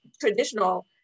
traditional